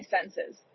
senses